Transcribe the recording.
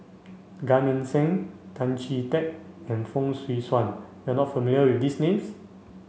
Gan Eng Seng Tan Chee Teck and Fong Swee Suan you are not familiar with these names